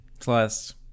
plus